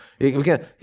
again